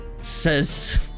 Says